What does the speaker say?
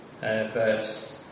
verse